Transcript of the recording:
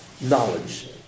Knowledge